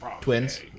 Twins